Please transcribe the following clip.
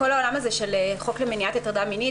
כל העולם של החוק למניעת הטרדה מינית,